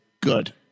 good